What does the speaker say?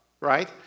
Right